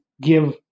give